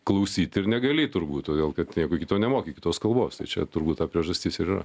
klausyt ir negali turbūt todėl kad nieko kito nemoki kitos kalbos tai čia turbūt ta priežastis ir yra